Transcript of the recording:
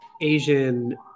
Asian